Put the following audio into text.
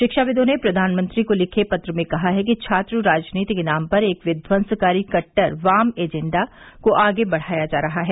शिक्षाविदों ने प्रधानमंत्री को लिखे पत्र में कहा है कि छात्र राजनीति के नाम पर एक विव्वंसकारी कट्टर वाम एजेंडा को आगे बढ़ाया जा रहा है